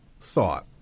thought